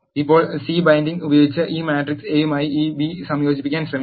ഇപ്പോൾ C binding ഉപയോഗിച്ച് ഈ മാട്രിക്സ് എയുമായി ഈ ബി സംയോജിപ്പിക്കാൻ ശ്രമിക്കാം